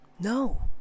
No